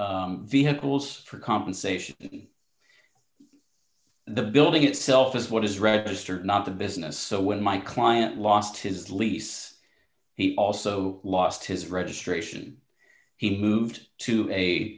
vehicles for compensation the building itself is what is registered not the business so when my client lost his lease he also lost his registration he moved to a